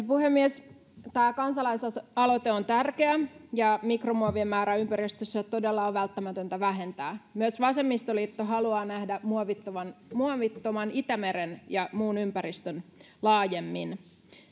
puhemies tämä kansalaisaloite on tärkeä ja mikromuovien määrää ympäristössä todella on välttämätöntä vähentää myös vasemmistoliitto haluaa nähdä muovittoman muovittoman itämeren ja muun ympäristön laajemmin